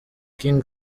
king